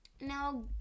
Now